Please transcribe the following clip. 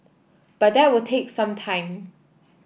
but that will take some time